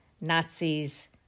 Nazis